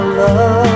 love